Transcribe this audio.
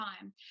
time